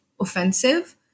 offensive